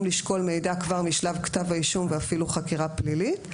לשקול מידע כבר משלב כתב האישום ואפילו חקירה פלילית.